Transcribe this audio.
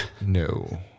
No